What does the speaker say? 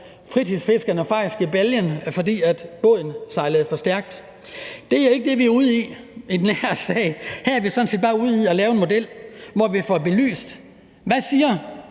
fritidsfiskerne faktisk røg i baljen, fordi båden sejlede for stærkt. Det er ikke det, vi er ude i den her sag. Her er vi sådan set bare ude i at lave en model, hvor vi får belyst, hvad